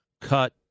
Cut